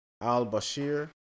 al-Bashir